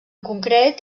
concret